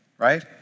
Right